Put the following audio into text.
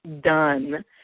done